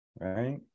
right